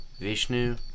Vishnu